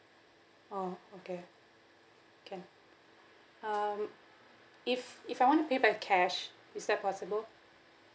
oh okay can um if if I want to pay by cash is that possible